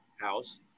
house